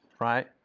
right